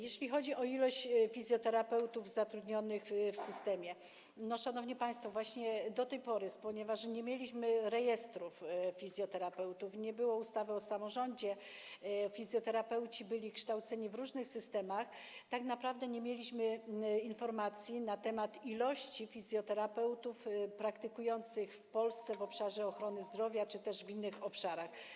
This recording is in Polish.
Jeśli chodzi o ilość fizjoterapeutów zatrudnionych w systemie, to, szanowni państwo, ponieważ nie mieliśmy rejestrów fizjoterapeutów i nie było ustawy o samorządzie, byli oni kształceni w różnych systemach, do tej pory tak naprawdę nie mieliśmy informacji na temat ilości fizjoterapeutów praktykujących w Polsce w obszarze ochrony zdrowia czy też w innych obszarach.